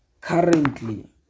Currently